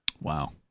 Wow